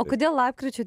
o kodėl lapkričio